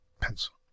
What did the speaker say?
pencil